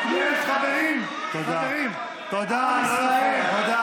חברים, תודה, לא להפריע.